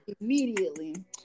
Immediately